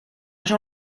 jean